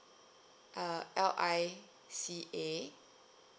uh L I C A